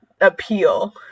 appeal